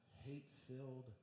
hate-filled